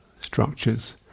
structures